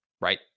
right